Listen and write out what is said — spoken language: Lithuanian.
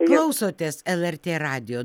klausotės lrt radijo